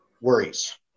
worries